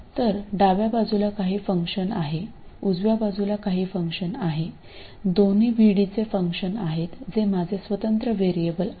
तर डाव्या बाजूला काही फंक्शन आहे उजव्या बाजूला काही फंक्शन आहे दोन्ही VD चे फंक्शन आहेत जे माझे स्वतंत्र व्हेरिएबल आहे